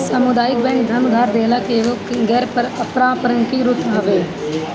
सामुदायिक बैंक धन उधार देहला के एगो गैर पारंपरिक रूप हवे